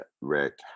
rick